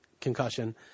concussion